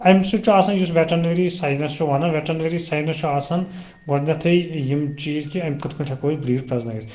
اَمہِ سۭتۍ چھُ آسان یُس ویٚٹانٔری ساینَس چھُ ونان ویٚٹانٔری ساینَس چھُ آسان گۄڈنٮ۪تھے یِم چیٖز کہِ یم کِتھٕ پٲٹھۍ ہیٚکو أسۍ بریٖڈ پرٛزنٲوِتھ